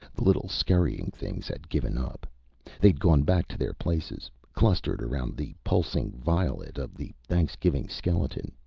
the little scurrying things had given up they'd gone back to their places, clustered around the pulsing violet of the thanksgiving skeleton,